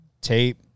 tape